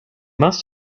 must